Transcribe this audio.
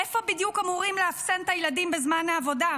איפה בדיוק אמורים לאפסן את הילדים בזמן העבודה?